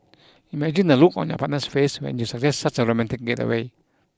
imagine the look on your partner's face when you suggest such a romantic getaway